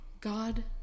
God